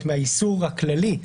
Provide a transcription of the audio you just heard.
מהאיסור הכללי.